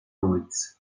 luiz